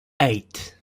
eight